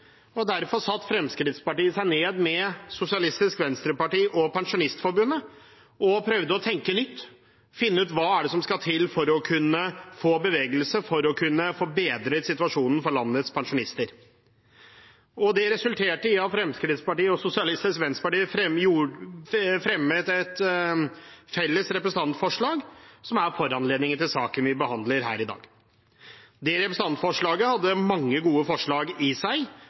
tenke nytt, finne ut hva som skal til for å kunne få bevegelse, for å kunne få bedret situasjonen for landets pensjonister. Det resulterte i at Fremskrittspartiet og Sosialistisk Venstreparti fremmet et felles representantforslag, som er foranledningen til saken vi behandler her i dag. Det representantforslaget hadde mange gode forslag i seg,